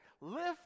lift